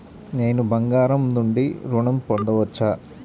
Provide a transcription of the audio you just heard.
నేను బంగారం నుండి ఋణం పొందవచ్చా?